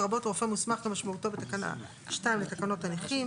לרבות רופא מוסמך כמשמעותו בתקנה 2 לתקנות הנכים.